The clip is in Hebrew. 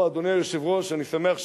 או, אדוני היושב-ראש, אני שמח,